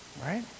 Right